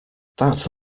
that